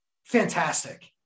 fantastic